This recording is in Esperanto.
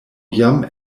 jam